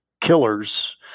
killers